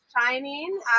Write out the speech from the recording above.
Shining